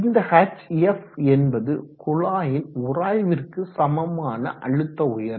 இந்த hf என்பது குழாயின் உராய்விற்கு சமமான அழுத்த உயரம்